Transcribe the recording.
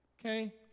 Okay